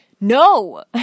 no